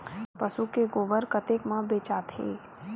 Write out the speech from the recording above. पशु के गोबर कतेक म बेचाथे?